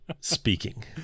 speaking